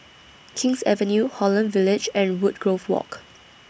King's Avenue Holland Village and Woodgrove Walk